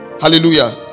Hallelujah